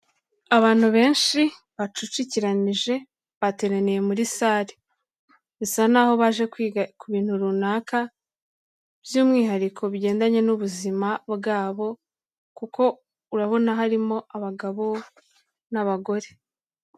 Abantu benshi bacucikiranije bateraniye muri sale. Bisa naho baje kwiga ku bintu runaka, by'umwihariko bigendanye n'ubuzima bwabo, kuko urabona harimo abagabo n'abagore.